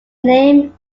name